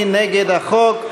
מי נגד החוק?